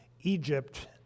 Egypt